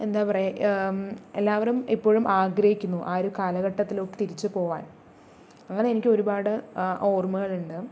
എന്താ പറയുക എല്ലാവരും ഇപ്പോഴും ആഗ്രഹിക്കുന്നു ആ ഒരു കാലഘട്ടത്തിലോട്ട് തിരിച്ച് പോകാൻ അങ്ങനെ എനിക്ക് ഒരുപാട് ഓർമ്മകളുണ്ട്